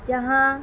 جہاں